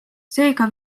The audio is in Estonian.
seega